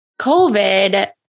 COVID